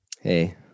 Hey